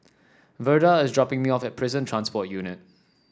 Verda is dropping me off at Prison Transport Unit